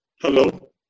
Hello